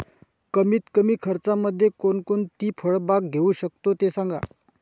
कमीत कमी खर्चामध्ये कोणकोणती फळबाग घेऊ शकतो ते सांगा